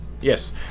Yes